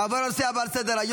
נעבור לנושא הבא על סדר-היום,